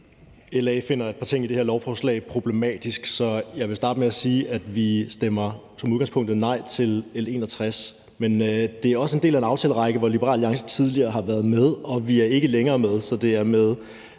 LA finder et par ting i det her lovforslag problematiske, så jeg vil starte med at sige, at vi som udgangspunkt stemmer nej til L 61, men det er også en del af en aftalerække, hvor Liberal Alliance tidligere har været med, og vi er ikke længere med. Så det er med